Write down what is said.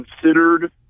considered